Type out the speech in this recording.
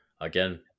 again